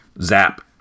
Zap